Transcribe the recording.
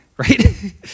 right